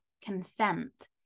consent